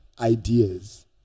ideas